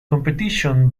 competition